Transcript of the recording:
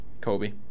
Kobe